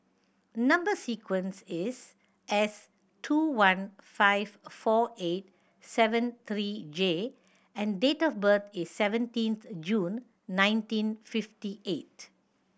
number sequence is S two one five four eight seven three J and date of birth is seventeenth June nineteen fifty eight